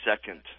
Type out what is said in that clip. second